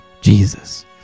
Jesus